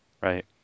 right